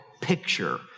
picture